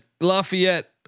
Lafayette